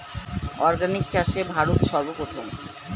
organic চাষে ভারত সর্বপ্রথম